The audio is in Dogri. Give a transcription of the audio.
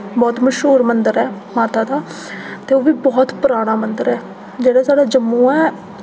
बहुत मशूर मंदर ऐ माता दा ते ओह् बी बहुत पराना मंदर ऐ जेह्ड़ा साढ़ा जम्मू ऐ